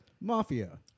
mafia